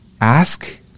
Ask